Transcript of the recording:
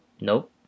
nope